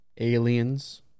aliens